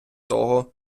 того